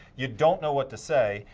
you don't know what to say,